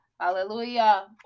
Hallelujah